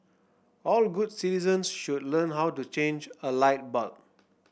all good citizens should learn how to change a light bulb